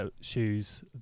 shoes